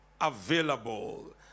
available